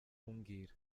kumbwira